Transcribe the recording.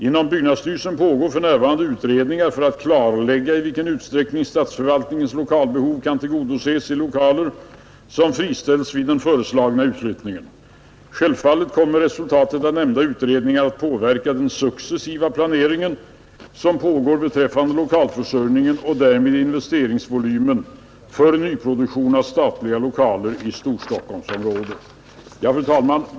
Inom byggnadsstyrelsen pågår för närvarande utredningar för att klarlägga i vilken utsträckning statsförvaltningens lokalbehov kan tillgodoses i lokaler som friställs vid den föreslagna utflyttningen. Självfallet kommer resultatet av nämnda utredningar att påverka den successiva planering som pågår beträffande lokalförsörjningen och därmed investeringsvolymen för nyproduktion av statliga lokaler i Storstockholmsområdet. Fru talman!